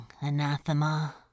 Anathema